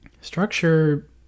structure